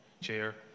Chair